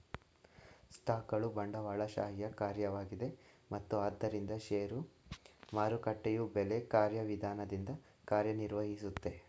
ಸ್ಟಾಕ್ಗಳು ಬಂಡವಾಳಶಾಹಿಯ ಕಾರ್ಯವಾಗಿದೆ ಮತ್ತು ಆದ್ದರಿಂದ ಷೇರು ಮಾರುಕಟ್ಟೆಯು ಬೆಲೆ ಕಾರ್ಯವಿಧಾನದಿಂದ ಕಾರ್ಯನಿರ್ವಹಿಸುತ್ತೆ